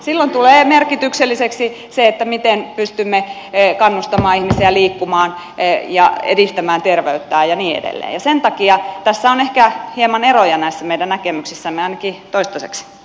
silloin tulee merkitykselliseksi se miten pystymme kannustamaan ihmisiä liikkumaan ja edistämään terveyttään ja niin edelleen ja sen takia näissä meidän näkemyksissämme on ehkä hieman eroja ainakin toistaiseksi